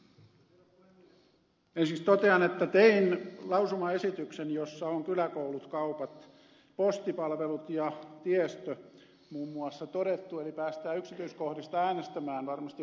ensiksi totean että tein lausumaesityksen jossa on kyläkoulut kaupat postipalvelut ja tiestö muun muassa todettu eli päästään yksityiskohdista äänestämään varmasti huomenna